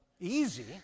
easy